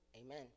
amen